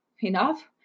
enough